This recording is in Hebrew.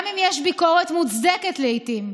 גם אם יש ביקורת מוצדקת לעיתים,